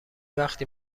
وقتی